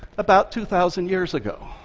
about two thousand years ago.